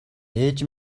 ээж